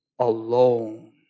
alone